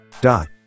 dot